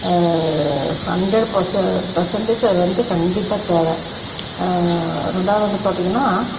hundred பெர்ச percentage அது வந்து கண்டிப்பாக தேவை ரெண்டாவது வந்து பார்த்திங்கன்னா